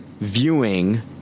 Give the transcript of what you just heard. viewing